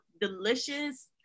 delicious